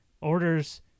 orders